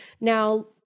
Now